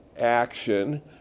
action